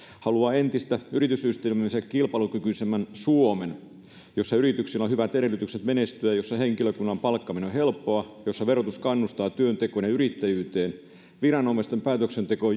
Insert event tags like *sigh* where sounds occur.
haluaa entistä yritysystävällisemmin kilpailukykyisemmän suomen jossa yrityksillä on hyvät edellytykset menestyä jossa henkilökunnan palkkaaminen on helppoa jossa verotus kannustaa työntekoon ja yrittäjyyteen viranomaisten päätöksenteko *unintelligible*